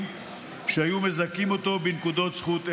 שהיו מזכים אותו בנקודות זכות אלה.